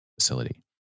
facility